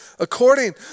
According